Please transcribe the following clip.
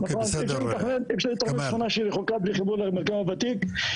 אי אפשר לתכנן שכונה שהיא רחוקה בלי חיבור למרקם הוותיק.